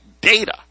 data